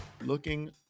Looking